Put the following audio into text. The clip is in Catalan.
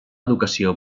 educació